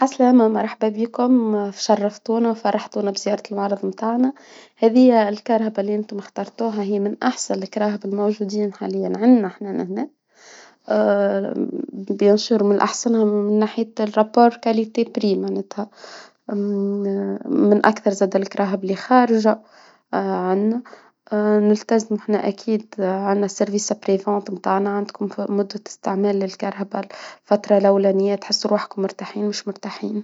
عسلامة مرحبا بيكم شرفتونا وفرحتونا بزيارة المعرض متاعنا، هاذيه الكرهبه الي انتم اخترتوها هي من أحسن الكراهب الموجودة حاليا عنا احنا لهنا. أي بالطبع من أحسنهم من ناحية مقاربة السعر بالجودة ام من أكثر زاده الكراهب إللي خارجة عنا نلتزم وإحنا أكيد عنا خدمة ما بعد البيع متاعنا، عندكم مدة استعمال للكرهبه الفترة الأولانية تحسوا أرواحكم مرتاحين مش مرتاحين.